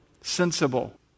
Sensible